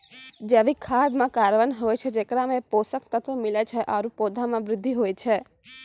जैविक खाद म कार्बन होय छै जेकरा सें पोषक तत्व मिलै छै आरु पौधा म वृद्धि होय छै